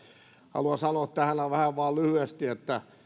haluan sanoa tähän vain lyhyesti että